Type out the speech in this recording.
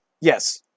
Yes